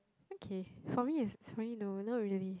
okay for me it's for me no not really